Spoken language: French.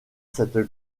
cette